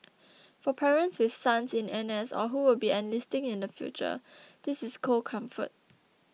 for parents with sons in NS or who will be enlisting in the future this is cold comfort